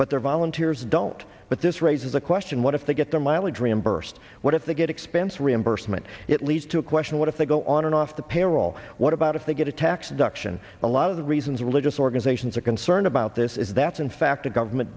but their volunteers don't but this raises the question what if they get the mileage reimbursed what if they get expense reimbursement it leads to a question what if they go on and off the payroll what about if they get a tax deduction a lot of the reasons religious organizations are concerned about this is that's in fact a government